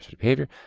behavior